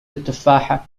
التفاحة